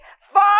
far